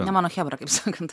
ne mano chebra kaip sakant